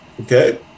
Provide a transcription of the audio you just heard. Okay